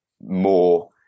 more